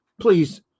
please